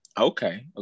Okay